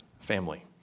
family